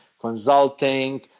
consulting